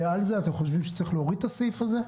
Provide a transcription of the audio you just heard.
אתם חושבים שצריך להוריד את הסעיף הזה?